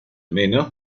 menos